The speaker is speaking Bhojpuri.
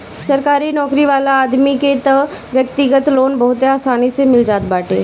सरकारी नोकरी वाला आदमी के तअ व्यक्तिगत लोन बहुते आसानी से मिल जात बाटे